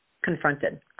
confronted